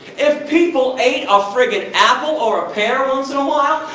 if people ate a frickin' apple or a pear once in awhile,